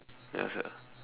ya sia